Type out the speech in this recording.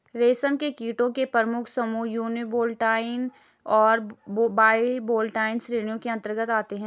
रेशम के कीड़ों के प्रमुख समूह यूनिवोल्टाइन और बाइवोल्टाइन श्रेणियों के अंतर्गत आते हैं